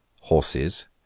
horses